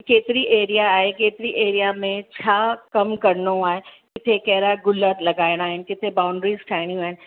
केतिरी एरिया आहे केतिरी एरिया में छा कमु करिणो आहे किथे कहिड़ा गुलाब लगाइणा आहिनि किथे बाउंड्रीस ठाहिणियूं आहिनि